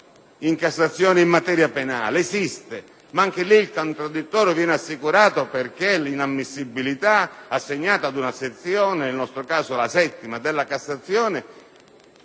in Cassazione in materia penale, ma anche in quel caso il contraddittorio viene assicurato, perché l'inammissibilità è assegnata ad una sezione - nel nostro caso la settima della Cassazione